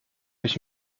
ich